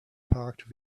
parked